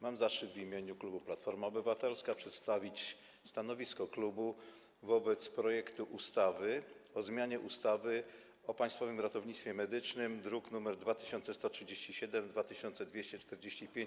Mam zaszczyt w imieniu klubu Platforma Obywatelska przedstawić stanowisko klubu wobec projektu ustawy o zmianie ustawy o Państwowym Ratownictwie Medycznym oraz niektórych innych ustaw, druki nr 2137 i 2245.